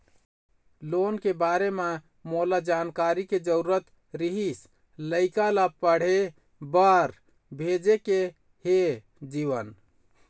loan के बारे म मोला जानकारी के जरूरत रीहिस, लइका ला पढ़े बार भेजे के हे जीवन